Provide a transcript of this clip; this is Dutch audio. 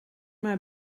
mij